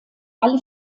alle